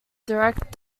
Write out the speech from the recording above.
direct